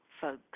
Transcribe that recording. folks